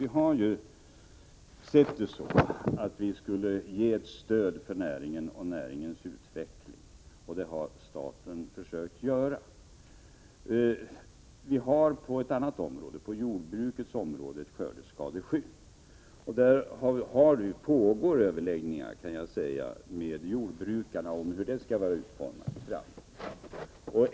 Vi har sett det så att vi skulle ge ett stöd till näringen och näringens utveckling. Det har staten också försökt göra. Vi har på ett annat område, jordbruksområdet, skördeskadeskydd. Där pågår överläggningar med jordbrukarna om hur skyddet skall utformas framöver.